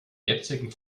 jetzigen